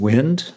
Wind